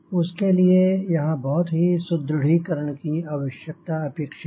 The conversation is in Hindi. उसके लिए यहांँ बहुत ही सुदृढ़ीकरण की आवश्यकता अपेक्षित है